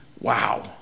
Wow